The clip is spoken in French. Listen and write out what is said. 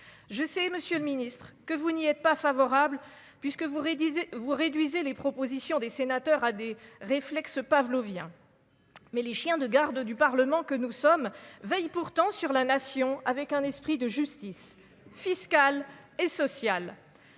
je sais, Monsieur le Ministre, que vous n'y êtes pas favorable puisque vous réduisez vous réduisez les propositions des sénateurs à des réflexes pavloviens. Mais les chiens de garde du Parlement que nous sommes veille pourtant sur la nation avec un esprit de justice fiscale et sociale.